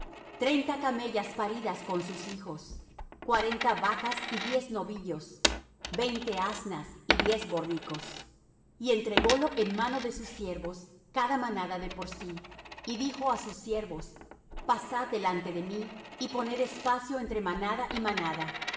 treinta camellas paridas con sus hijos cuarenta vacas y diez novillos veinte asnas y diez borricos y entrególo en mano de sus siervos cada manada de por sí y dijo á sus siervos pasad delante de mí y poned espacio entre manada y manada